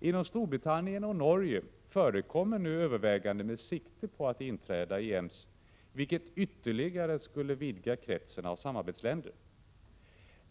Inom Storbritannien och Norge förekommer nu överväganden med sikte på inträde i EMS, vilket ytterligare skulle vidga kretsen av samarbetsländer.